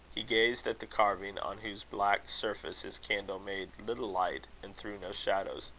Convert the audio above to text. he gazed at the carving, on whose black surface his candle made little light, and threw no shadows.